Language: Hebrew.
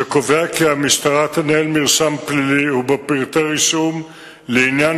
שקובע כי המשטרה תנהל מרשם פלילי ובו פרטי רישום לעניין